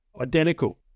identical